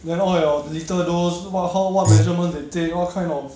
then all your lethal dose what how what measurements they take what kind of